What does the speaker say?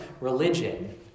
religion